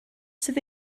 sydd